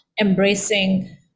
embracing